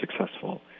successful